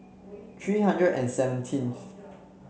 three hundred and seventeenth